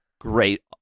Great